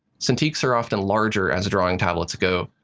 cintiqs are often larger as drawing tablets go,